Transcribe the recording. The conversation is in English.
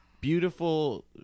beautiful